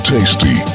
Tasty